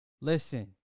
listen